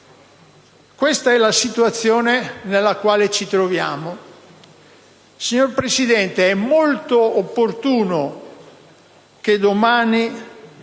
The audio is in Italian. Questa è la situazione nella quale ci troviamo. Signor Presidente, è molto opportuno che domani